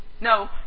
No